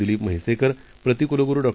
दिलीप म्हैसेकर प्रति क्लगुरु डॉ